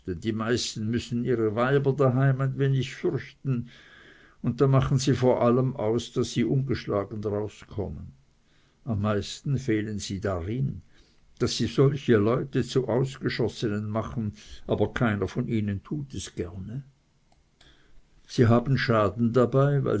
die meisten müssen ihre weiber daheim ein wenig fürchten und da machen sie vor allem aus daß sie ungeschlagen daraus kommen am meisten fehlen sie freilich darin daß sie solche leute zu ausgeschossenen machen aber wenige von ihnen tun es gerne sie haben schaden dabei